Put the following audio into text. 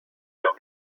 der